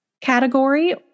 category